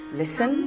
listen